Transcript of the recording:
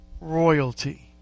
Royalty